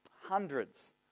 hundreds